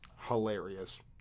Hilarious